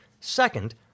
Second